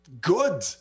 good